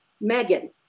Megan